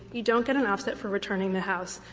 you don't get an offset for returning the house.